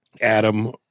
Adam